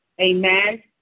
amen